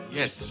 yes